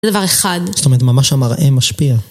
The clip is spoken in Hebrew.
זה דבר אחד. -זאת אומרת, ממש המראה משפיע.